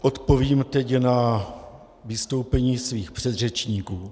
Odpovím teď na vystoupení svých předřečníků.